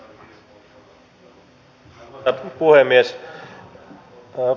arvoisa puhemies